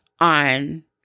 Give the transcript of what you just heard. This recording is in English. on